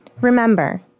Remember